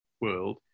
world